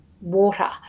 water